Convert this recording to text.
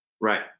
right